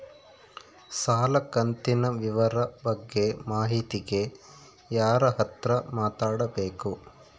ಸಾಲ ಕಂತಿನ ವಿವರ ಬಗ್ಗೆ ಮಾಹಿತಿಗೆ ಯಾರ ಹತ್ರ ಮಾತಾಡಬೇಕು?